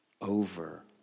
over